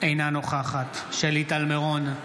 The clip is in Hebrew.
אינה נוכחת שלי טל מירון,